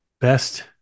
best